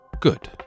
Good